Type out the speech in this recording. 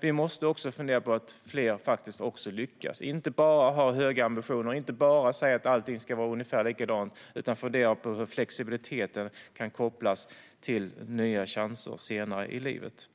Vi måste dock även fundera på hur fler faktiskt kan lyckas. Vi kan inte bara ha höga ambitioner och säga att allting ska vara ungefär likadant, utan vi måste fundera på hur flexibiliteten kan kopplas till nya chanser senare i livet.